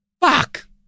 Fuck